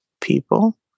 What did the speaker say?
people